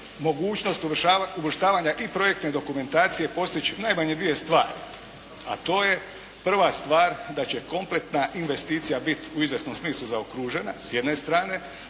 mogućnost uvrštavanja i projektne dokumentacije postići najmanje dvije stvari, a to je prva stvar da će kompletna investicija bit u izvjesnom smislu zaokružena s jedne strane.